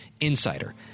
insider